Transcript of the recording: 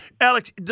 Alex